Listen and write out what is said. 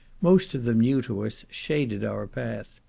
most of them new to us, shaded our path.